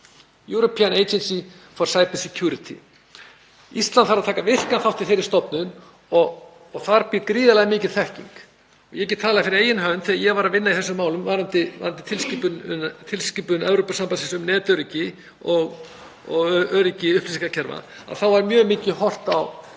European Agency for Cyber Security. Ísland þarf að taka virkan þátt í þeirri stofnun og þar er gríðarlega mikil þekking. Ég get talað fyrir eigin hönd því þegar ég var að vinna í þessum málum varðandi tilskipun Evrópusambandsins um netöryggi og öryggi upplýsingakerfa þá var mjög mikið horft á